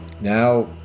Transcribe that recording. now